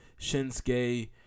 Shinsuke